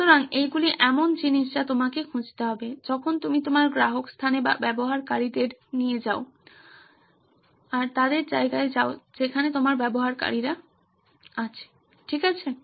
সুতরাং এইগুলি এমন জিনিস যা তোমাকে খুঁজতে হবে যখন তুমি তোমার গ্রাহক স্থানে বা ব্যবহারকারীদের জায়গায় যাও যেখানে তোমার ব্যবহারকারীরা ঠিক আছে